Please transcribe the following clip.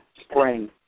spring